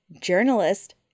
journalist